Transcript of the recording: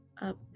up